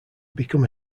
become